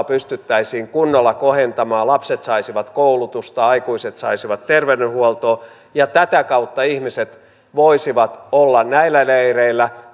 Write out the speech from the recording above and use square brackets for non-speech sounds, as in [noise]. [unintelligible] pystyttäisiin kunnolla kohentamaan lapset saisivat koulutusta aikuiset saisivat terveydenhuoltoa ja tätä kautta ihmiset voisivat olla näillä leireillä [unintelligible]